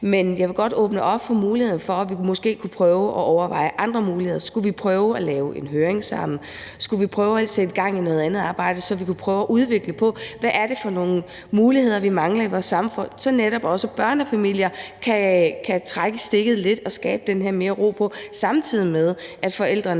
Jeg vil godt åbne op for muligheden for, at vi måske prøvede at overveje andre muligheder. Skulle vi prøve at lave en høring sammen? Skulle vi prøve at sætte gang i noget andet arbejde, så vi kunne prøve at udvikle på, hvad det er for nogle muligheder, vi mangler i vores samfund, så netop også børnefamilier kan trække stikket lidt og få lidt mere ro på, samtidig med at forældrene